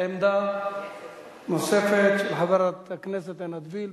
עמדה נוספת של חברת הכנסת עינת וילף,